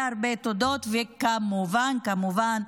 הלוואי